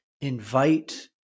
invite